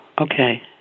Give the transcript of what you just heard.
okay